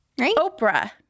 Oprah